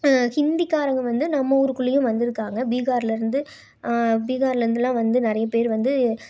இந்திக்காரங்க வந்து நம்ம ஊருக்குள்ளேயும் வந்திருக்காங்க பீகார்லேருந்து பீகார்லேருந்துலாம் வந்து நிறைய பேர் வந்து